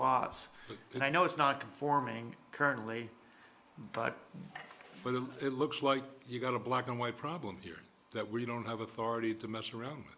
lots and i know it's not conforming currently but it looks like you've got a black and white problem here that we don't have authority to mess around